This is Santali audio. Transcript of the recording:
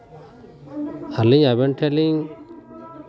ᱟᱹᱞᱤᱧ ᱟᱵᱮᱱ ᱴᱷᱮᱱ ᱞᱤᱧ